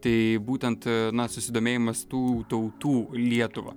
tai būtent na susidomėjimas tų tautų lietuva